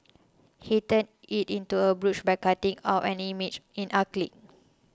he turned it into a brooch by cutting out an image in acrylic